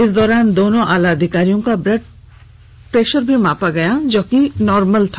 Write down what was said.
इस दौरान दोनों आलाधिकारियों का ब्लड प्रेशर भी मापा गया जो कि नॉर्मल था